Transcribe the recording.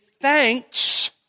thanks